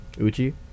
Uchi